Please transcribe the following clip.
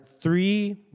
three